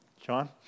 John